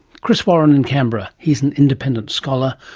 chris warren in canberra. he's an independent scholar,